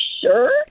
sure